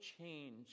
change